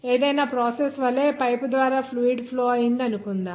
ఏదైనా ప్రాసెస్ వలె పైపు ద్వారా ఫ్లూయిడ్ ఫ్లో అని అనుకుందాం